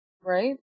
right